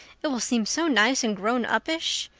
it will seem so nice and grown-uppish.